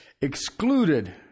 excluded